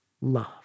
love